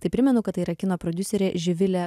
tai primenu kad tai yra kino prodiuserė živilė